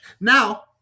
Now